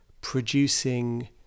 producing